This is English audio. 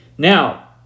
Now